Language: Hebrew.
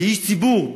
כאיש ציבור,